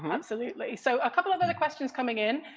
um absolutely. so a couple of other questions coming in.